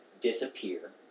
disappear